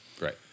Right